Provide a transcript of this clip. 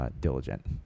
Diligent